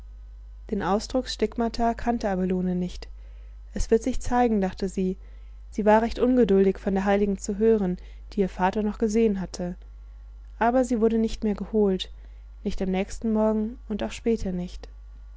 den ausdruck stigmata kannte abelone nicht es wird sich zeigen dachte sie sie war recht ungeduldig von der heiligen zu hören die ihr vater noch gesehen hatte aber sie wurde nicht mehr geholt nicht am nächsten morgen und auch später nicht